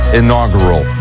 inaugural